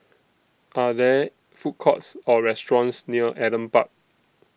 Are There Food Courts Or restaurants near Adam Park